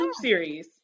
series